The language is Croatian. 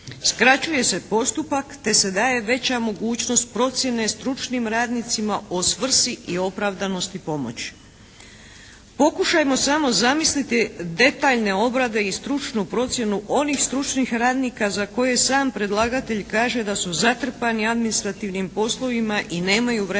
"skraćuje se postupak te se daje veća mogućnost procjene stručnim radnicima o svrsi i opravdanosti pomoći". Pokušajmo samo zamisliti detaljne obrade i stručnu procjenu onih stručnih radnika za koje sam predlagatelj kaže da su zatrpani administrativnim poslovima i nemaju vremena